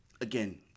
Again